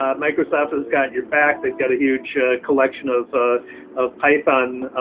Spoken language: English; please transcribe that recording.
um microsoft has got your back. they've got a huge collection of ah of python.